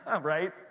right